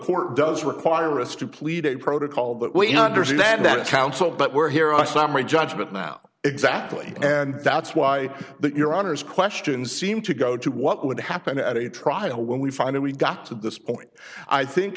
court does require us to plead a protocol that we understand that counsel but we're here our summary judgment now exactly and that's why your honour's questions seem to go to what would happen at a trial when we finally got to this point i think